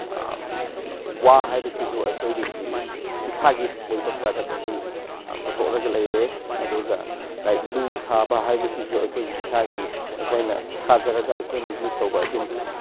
ꯋꯥ ꯍꯥꯏꯕꯁꯤꯁꯨ ꯑꯩꯈꯣꯏꯗꯒꯤ ꯏꯁꯥꯒꯤ ꯑꯣꯏꯕ ꯄ꯭ꯔꯗꯛ ꯑꯁꯤ ꯄꯨꯊꯣꯛꯂꯒ ꯂꯩꯔꯦ ꯑꯗꯨꯒ ꯂꯥꯏꯛ ꯂꯨ ꯁꯥꯕ ꯍꯥꯏꯕꯁꯤꯁꯨ ꯑꯩꯈꯣꯏꯒꯤ ꯏꯁꯥꯒꯤ ꯑꯩꯈꯣꯏꯅ ꯁꯥꯖꯔꯒ ꯑꯩꯈꯣꯏꯅ ꯌꯨꯁ ꯇꯧꯕ ꯑꯗꯨꯝ